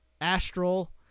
Astral